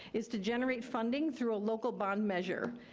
is to generate funding through a local bond measure.